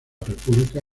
república